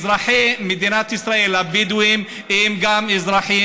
אזרחי מדינת ישראל הבדואים גם הם אזרחים,